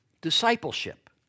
discipleship